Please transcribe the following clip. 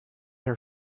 her